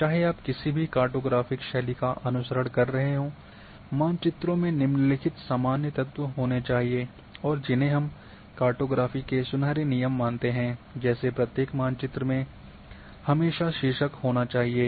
चाहे आप किसी भी कार्टोग्राफिक शैली का अनुसरण कर रहे हों मानचित्रों में निम्नलिखित सामान्य तत्व होने चाहिए और जिन्हें हम कार्टोग्राफी के सुनहरे नियम मानते हैं जैसे प्रत्येक मानचित्र में हमेशा शीर्षक होना चाहिए